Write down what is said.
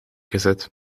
gezet